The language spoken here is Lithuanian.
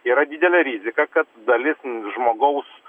yra didelė rizika kad dali žmogaus